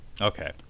Okay